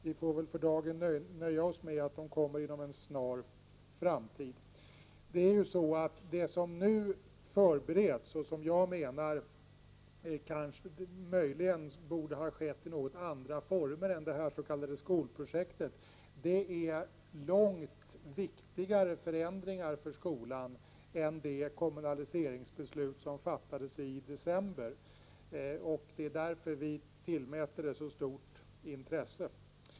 Vi får väl för dagen nöja oss med att ”svaren kommer inom en snar framtid”. Det som nu förbereds och som jag menar borde ha skett i andra former än genom det här skolprojektet, är långt viktigare förändringar för skolan än det kommunaliseringsbeslut som fattades av riksdagen i december. Därför tillmäter vi frågan så stort intresse.